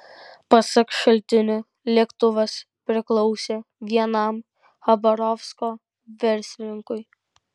pasak šaltinių lėktuvas priklausė vienam chabarovsko verslininkui